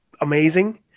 amazing